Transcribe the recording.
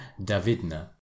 Davidna